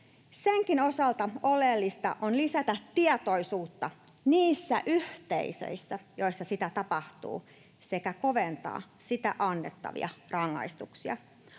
Senkin osalta oleellista on lisätä tietoisuutta niissä yhteisöissä, joissa sitä tapahtuu, sekä koventaa siitä annettavia rangaistuksia.